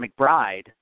McBride